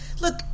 Look